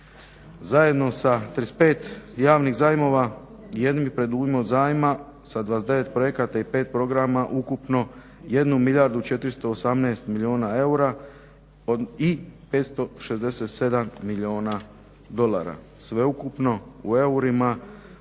zajedno sa 35 javnih zajmova i jednim predujmom zajma sa 29 projekata i 5 programa ukupno 1 milijardu 418 milijuna eura i 567 milijuna dolara. Sveukupno u eurima,